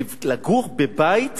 לגור בבית